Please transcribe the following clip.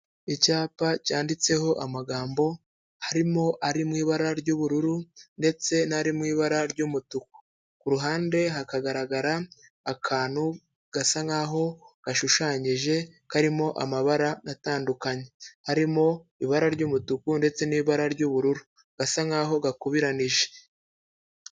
Icyapa cyanditseho amagambo, harimo ari mu ibara ry'ubururu ndetse n'ari mu ibara ry'umutuku, ku ruhande hakagaragara akantu gasa nk'aho gashushanyije karimo amabara atandukanye, harimo ibara ry'umutuku ndetse n'ibara ry'ubururu, gasa nk'aho gakubiranije.